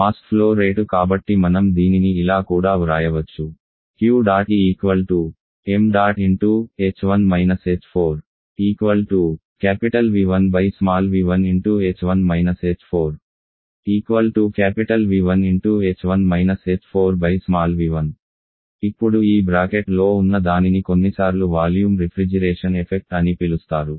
mass flow rate కాబట్టి మనం దీనిని ఇలా కూడా వ్రాయవచ్చు Q̇̇E ṁ V1v1 V1h1 h4v1 ఇప్పుడు ఈ బ్రాకెట్ లో ఉన్న దానిని కొన్నిసార్లు వాల్యూమ్ రిఫ్రిజిరేషన్ ఎఫెక్ట్ అని పిలుస్తారు